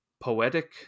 poetic